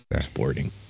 sporting